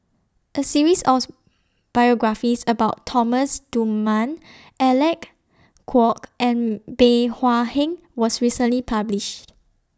A series also biographies about Thomas Dunman Alec Kuok and Bey Hua Heng was recently published